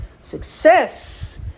Success